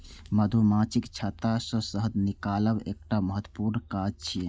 मधुमाछीक छत्ता सं शहद निकालब एकटा महत्वपूर्ण काज छियै